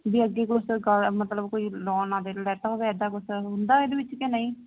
ਵੀ ਅੱਗੇ ਕੋਈ ਸਰਕਾਰ ਮਤਲਬ ਕੋਈ ਲਾਉਣ ਨਾ ਦੇਣ ਇਦਾਂ ਕੁਝ ਹੁੰਦਾ ਇਹਦੇ ਵਿੱਚ ਕਿ ਨਹੀਂ